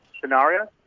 scenario